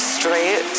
straight